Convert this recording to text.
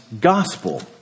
gospel